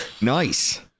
nice